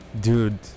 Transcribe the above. dude